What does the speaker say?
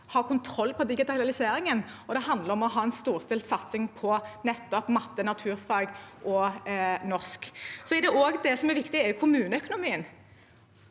ha kontroll på digitaliseringen, og det handler om å ha en storstilt satsing på nettopp matte, naturfag og norsk. Det som også er viktig, er kommuneøkonomien.